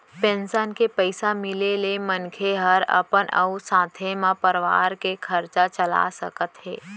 pension के पइसा मिले ले मनखे हर अपन अउ साथे म परवार के खरचा चला सकत हे